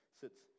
sits